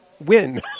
win